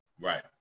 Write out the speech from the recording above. Right